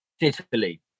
Italy